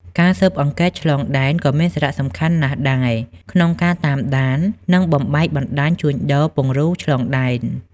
ការស៊ើបអង្កេតឆ្លងដែន ក៏មានសារៈសំខាន់ណាស់ដែរ ក្នុងការតាមដាន និងបំបែកបណ្ដាញជួញដូរពង្រូលឆ្លងដែន។